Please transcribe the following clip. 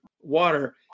water